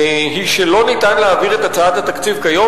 היא שלא ניתן להעביר את הצעת התקציב היום,